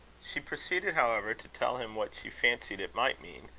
she proceeded, however, to tell him what she fancied it might mean,